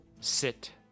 Sit